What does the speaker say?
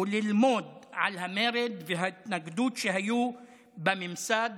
וללמוד על המרד וההתנגדות שהיו בממסד